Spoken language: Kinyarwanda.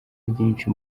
ryinshi